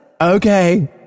Okay